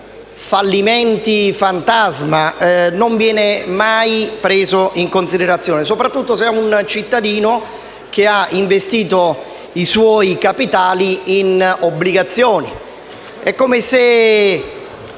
fallimenti fantasma non viene mai preso in considerazione, soprattutto se è un cittadino che ha investito i suoi capitali in obbligazioni. È come se